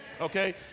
Okay